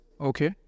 Okay